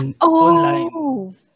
online